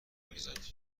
میزد